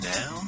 Now